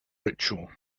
ritual